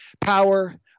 power